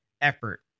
effort